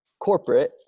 corporate